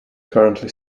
currently